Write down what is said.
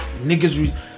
niggas